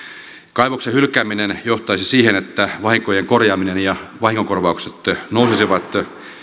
kaivoksen hylkääminen johtaisi siihen että vahinkojen korjaaminen ja vahingonkorvaukset nousisivat